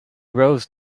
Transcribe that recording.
rose